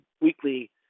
weekly